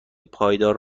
پایدار